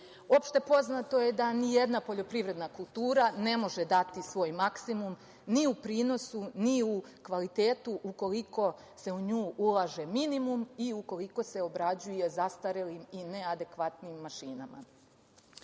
poznato je da nijedna poljoprivredna kultura ne može dati svoj maksimum ni u prinosu, ni u kvalitetu ukoliko se u nju ulaže minimum i ukoliko se obrađuje zastarelim i neadekvatnim mašinama. Ovo